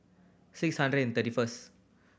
six hundred and thirty first